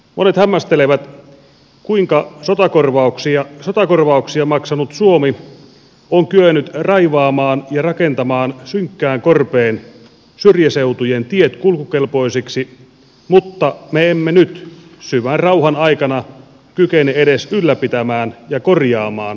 monet hämmästelevät kuinka sotakorvauksia maksanut suomi on kyennyt raivaamaan ja rakentamaan synkkään korpeen syrjäseutujen tiet kulkukelpoisiksi mutta me emme nyt syvän rauhan aikana kykene edes ylläpitämään ja korjaamaan samoja teitä